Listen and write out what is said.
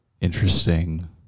Interesting